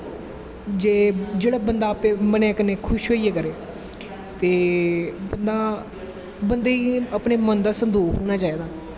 जेह्ड़ा बंदा अप्पैं मनैं कन्नै खुश होईयै करै ते बंदा बंदे गी अपनें मन दा संदोख होनां चाही दा